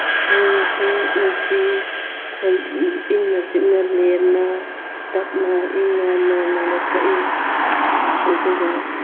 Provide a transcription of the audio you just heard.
ꯁꯨꯔꯁꯨ ꯅꯨꯡꯁꯤ ꯏꯪꯅ ꯆꯤꯛꯅ ꯂꯦꯝꯅ ꯇꯞꯅ ꯏꯪꯅ ꯅꯣꯔꯃꯦꯜꯗ ꯁꯛꯏ ꯑꯗꯨꯒ